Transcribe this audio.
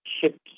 ships